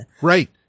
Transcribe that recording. Right